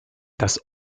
das